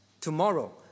tomorrow